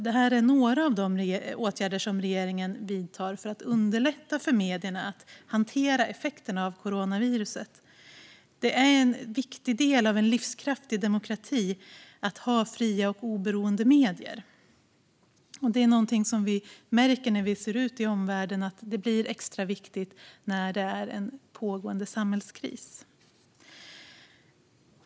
Detta är några av de åtgärder som regeringen vidtar för att underlätta för medierna att hantera effekterna av coronaviruset. Det är en viktig del av en livskraftig demokrati att ha fria och oberoende medier. När vi ser ut i omvärlden märker vi att detta blir extra viktigt under en pågående samhällskris.